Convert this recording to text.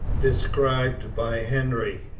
described by hendry,